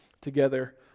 together